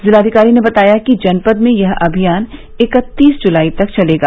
जिलाधिकारी ने बताया कि जनपद में यह अभियान इकत्तीस जुलाई तक चलेगा